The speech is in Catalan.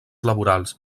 laborals